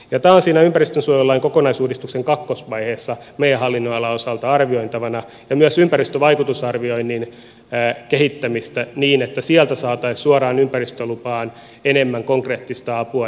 tämä on siinä ympäristönsuojelulain kokonaisuudistuksen kakkosvaiheessa meidän hallinnonalan osalta arvioitavana ja myös ympäristövaikutusarvioinnin kehittäminen niin että sieltä saataisiin suoraan ympäristölupaan enemmän konkreettista apua